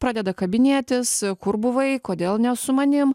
pradeda kabinėtis kur buvai kodėl ne su manim